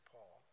Paul